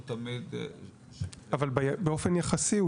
אבל באופן יחסי,